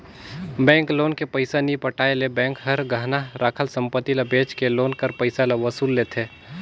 bank loan के पइसा नी पटाए ले बेंक हर गहना राखल संपत्ति ल बेंच के लोन कर पइसा ल वसूल लेथे